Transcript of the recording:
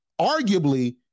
arguably